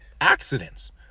accidents